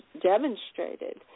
demonstrated